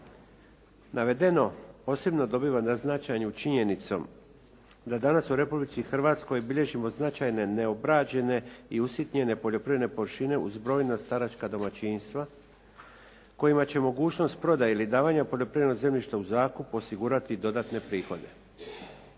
Navedeno posebno dobiva na značaju činjenicom da danas u Republici Hrvatskoj bilježimo značajne neobrađene i usitnjene poljoprivredne površine uz brojna staračka domaćinstva kojima će mogućnost ili prodaje ili davanja poljoprivrednog zemljišta u zakup osigurati dodatne prihode.